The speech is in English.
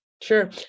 Sure